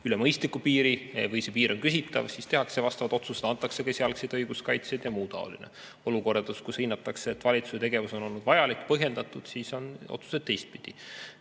üle mõistliku piiri või see piir on küsitav, siis tehakse vastavad otsused, antakse esialgset õiguskaitset. Olukorras, kus hinnatakse, et valitsuse tegevus on olnud vajalik ja põhjendatud, on otsused teistpidised.